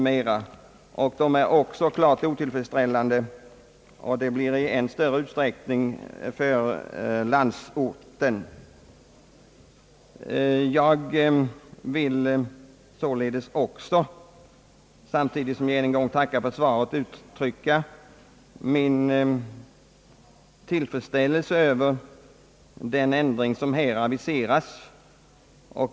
Förhållandena är också klart otillfredsställande och i ännu högre grad vad beträffar landsorten. Samtidigt som jag än en gång tackar för svaret vill jag uttrycka min tillfredsställelse över den ändring som här aviserats.